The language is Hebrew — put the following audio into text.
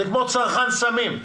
זה כמו צרכן סמים,